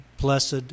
blessed